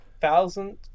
thousand